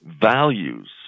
values